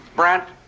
brandt,